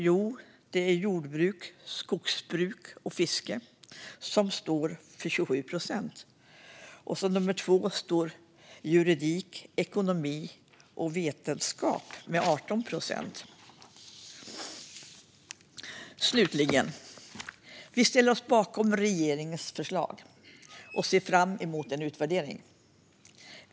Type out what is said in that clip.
Jo, det är jordbruk, skogsbruk och fiske, som står för 27 procent. Nummer två är juridik, ekonomi och vetenskap, med 18 procent. Slutligen ställer vi oss bakom regeringens förslag och ser fram emot en utvärdering.